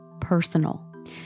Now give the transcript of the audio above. personal